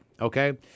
Okay